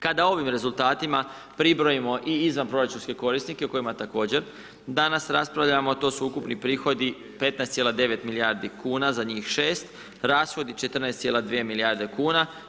Kada ovim rezultatima pribrojimo i izvanproračunske korisnike o kojima također danas raspravljamo a to su ukupni prihodi 15,9 milijardi kuna za njih 6, rashodi 14,2 milijarde kuna.